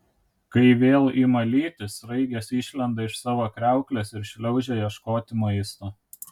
kai vėl ima lyti sraigės išlenda iš savo kriauklės ir šliaužia ieškoti maisto